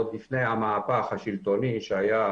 עוד לפני המהפך השלטוני שהיה